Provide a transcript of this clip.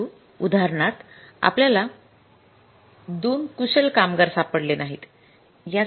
परंतु उदाहरणार्थ आपल्याला २ कुशल कामगार सापडले नाहीत